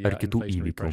ar kitų įvykių